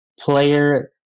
player